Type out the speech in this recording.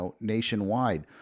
nationwide